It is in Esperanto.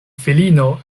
filino